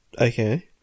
Okay